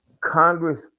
Congress